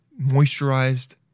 moisturized